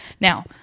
now